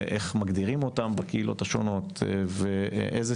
איך מגדירים אותם בקהילות השונות ואיזה